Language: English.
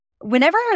whenever